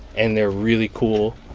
and they're really cool.